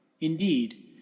Indeed